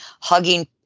hugging